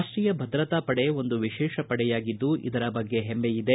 ರಾಷ್ಷೀಯ ಭದ್ರತಾ ಪಡೆ ಒಂದು ವಿಶೇಷ ಪಡೆಯಾಗಿದ್ದು ಇದರ ಬಗ್ಗೆ ಹಮ್ಮೆಯಿದೆ